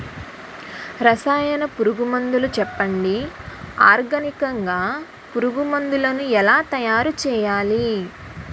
రసాయన పురుగు మందులు చెప్పండి? ఆర్గనికంగ పురుగు మందులను ఎలా తయారు చేయాలి?